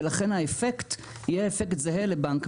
ולכן האפקט יהיה אפקט זהה לבנק.